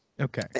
Okay